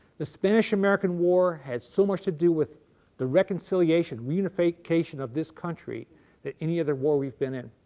the spanish american war had so much to do with the reconciliation, the reunification of this country than any other war we have been in.